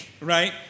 right